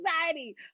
anxiety